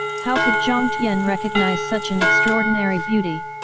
how could jiang tian recognize such an extraordinary beauty?